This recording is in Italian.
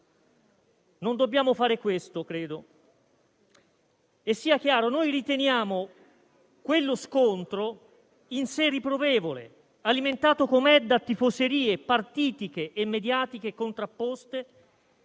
Non dobbiamo fare questo, credo. Sia chiaro, noi riteniamo quello scontro in sé riprovevole, alimentato com'è da tifoserie partitiche e mediatiche contrapposte